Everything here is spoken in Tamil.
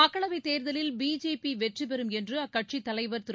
மக்களவைத் தேர்தலில் பிஜேபி வெற்றி பெறும் என்று அக்கட்சியின் தலைவர் திரு